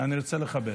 אני רוצה לכבד.